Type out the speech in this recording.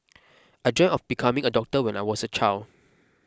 I dreamt of becoming a doctor when I was a child